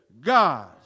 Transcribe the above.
God